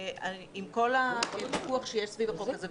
עם כל הוויכוח שיש סביב החוק הזה,